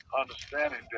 understanding